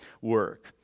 work